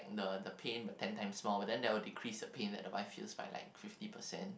the the pain ten times more but then that will decrease the pain that the wife feels by like fifty percent